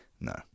no